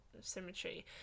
symmetry